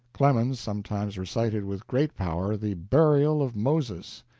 clemens sometimes recited with great power the burial of moses,